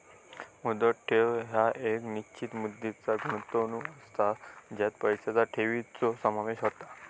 मुदत ठेव ह्या एक निश्चित मुदतीचा गुंतवणूक असता ज्यात पैशांचा ठेवीचो समावेश असता